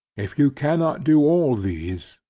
if you cannot do all these,